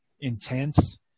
intense